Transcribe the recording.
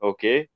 Okay